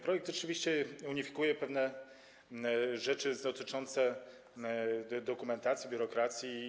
Projekt oczywiście unifikuje pewne rzeczy dotyczące dokumentacji, biurokracji.